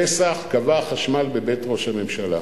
בערב פסח כבה החשמל בבית ראש הממשלה.